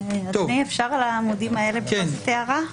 אדוני, אפשר לעמודים האלה שתי הערות?